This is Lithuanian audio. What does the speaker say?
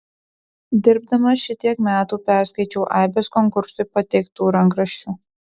dirbdamas šitiek metų perskaičiau aibes konkursui pateiktų rankraščių